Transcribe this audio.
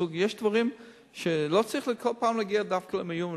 יש דברים שלא צריך בכל פעם להגיע דווקא למיון,